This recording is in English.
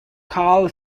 carl